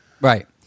Right